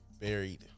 buried